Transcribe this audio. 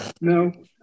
No